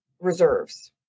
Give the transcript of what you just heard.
reserves